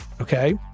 okay